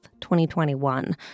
2021